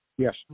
Yes